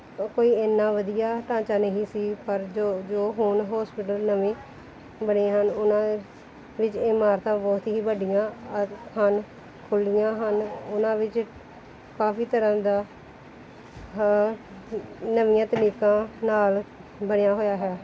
ਕੋਈ ਐਨਾ ਵਧੀਆ ਢਾਂਚਾ ਨਹੀਂ ਸੀ ਪਰ ਜੋ ਜੋ ਹੁਣ ਹੋਸਪੀਟਲ ਨਵੇਂ ਬਣੇ ਹਨ ਉਹਨਾਂ ਵਿੱਚ ਇਮਾਰਤਾਂ ਬਹੁਤ ਹੀ ਵੱਡੀਆਂ ਅ ਹਨ ਖੁੱਲ੍ਹੀਆਂ ਹਨ ਉਹਨਾਂ ਵਿੱਚ ਕਾਫੀ ਤਰ੍ਹਾਂ ਦਾ ਹਾਂ ਨਵੀਆਂ ਤਕਨੀਕਾਂ ਨਾਲ ਬਣਿਆ ਹੋਇਆ ਹੈ